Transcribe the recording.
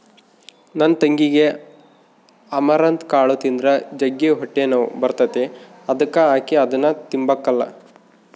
ನನ್ ತಂಗಿಗೆ ಅಮರಂತ್ ಕಾಳು ತಿಂದ್ರ ಜಗ್ಗಿ ಹೊಟ್ಟೆನೋವು ಬರ್ತತೆ ಅದುಕ ಆಕಿ ಅದುನ್ನ ತಿಂಬಕಲ್ಲ